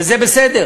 וזה בסדר,